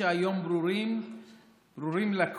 שהיום ברורים לכול,